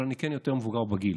אבל אני כן יותר מבוגר בגיל,